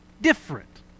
different